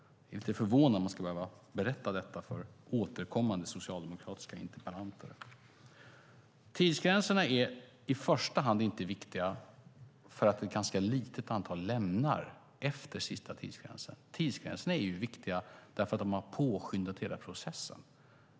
Det är lite förvånande att man ska behöva berätta detta för återkommande socialdemokratiska interpellanter. Tidsgränserna är inte i första hand viktiga därför att ett litet antal lämnar sjukförsäkringen efter sista tidsgränsen. Tidsgränserna är viktiga eftersom de har påskyndat hela processen.